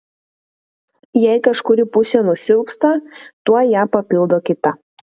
jei kažkuri pusė nusilpsta tuoj ją papildo kita